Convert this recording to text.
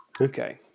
Okay